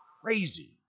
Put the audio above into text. crazy